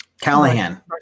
Callahan